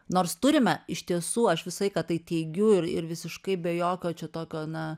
nors turime iš tiesų aš visą laiką tai teigiu ir ir visiškai be jokio čia tokio na